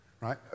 Right